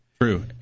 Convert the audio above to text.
True